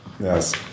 Yes